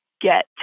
get